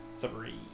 three